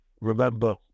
Remember